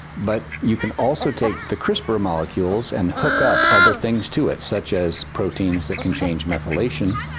but you can also take the crispr molecules and hook up other things to it, such as proteins that can change methylation,